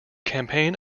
campaign